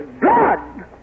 God